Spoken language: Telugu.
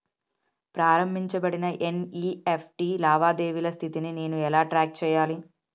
ప్రారంభించబడిన ఎన్.ఇ.ఎఫ్.టి లావాదేవీల స్థితిని నేను ఎలా ట్రాక్ చేయాలి?